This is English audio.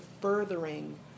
furthering